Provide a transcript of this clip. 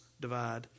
divide